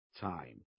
time